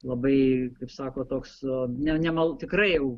labai kaip sako toks ne nema tikrai